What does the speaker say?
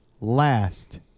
last